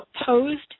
opposed